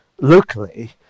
locally